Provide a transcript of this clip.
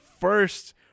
first